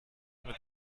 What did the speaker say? mit